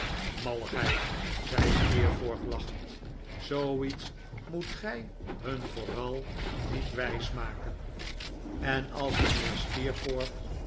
malligheid zei steerforth lachend zooiets moet gij hun vooral niet wijs maken en als mijnheer